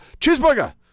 cheeseburger